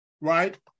right